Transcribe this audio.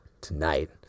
tonight